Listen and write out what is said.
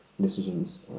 decisions